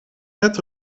het